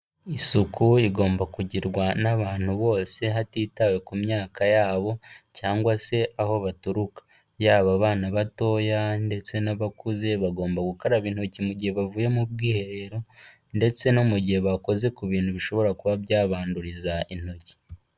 Isuku igomba kugirwa n'abantu bose hatitawe ku myaka yabo cyangwa se aho baturuka, yaba abana batoya ndetse n'abakuze bagomba gukaraba intoki mu gihe bavuye mu bwiherero ndetse no mu gihe bakoze ku bintu bishobora kuba byabanduriza intoki.